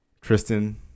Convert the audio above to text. Tristan